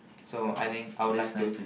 so I think I would like to